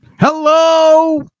hello